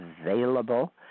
available